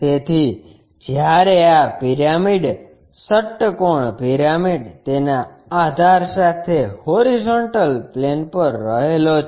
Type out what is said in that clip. તેથી જ્યારે આ પિરામિડ ષટ્કોણ પિરામિડ તેના આધાર સાથે હોરીઝોન્ટલ પ્લેન પર રહેલો છે